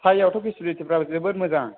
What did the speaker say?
साइआवथ' फेसिलिटिफ्रा जोबोद मोजां